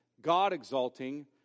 God-exalting